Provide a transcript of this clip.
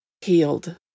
healed